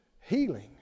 healing